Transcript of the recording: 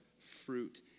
fruit